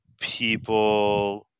people